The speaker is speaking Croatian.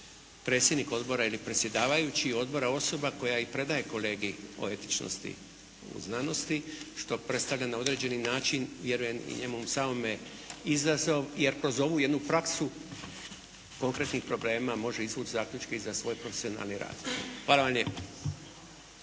predsjednik odbora ili predsjedavajući odbora osoba koja i predaje kolegij o etičnosti u znanosti što predstavlja na određeni način vjerujem i njemu samome izazov. Jer kroz ovu jednu trasu konkretnih problema može izvući zaključke i za svoj profesionalni rad. Hvala vam lijepo.